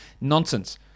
Nonsense